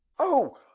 oh!